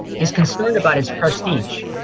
is concerned about its prestige,